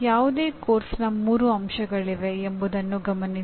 ಯಾವುದೇ ಪಠ್ಯಕ್ರಮದ ಮೂರು ಅಂಶಗಳಿವೆ ಎಂಬುದನ್ನು ಗಮನಿಸಿ